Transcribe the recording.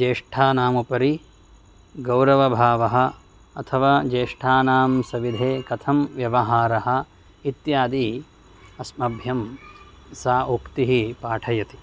ज्येष्ठानाम् उपरि गौरवभावः अथवा ज्येष्ठानां सविधे कथं व्यवहारः इत्यादि अस्मभ्यं सा उक्तिः पाठयति